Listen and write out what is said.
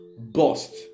bust